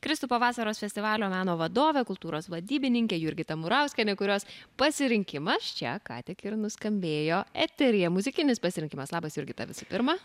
kristupo vasaros festivalio meno vadovė kultūros vadybininkė jurgita murauskienė kurios pasirinkimas čia ką tik nuskambėjo eteryje muzikinis pasirinkimas labas jurgita visų pirma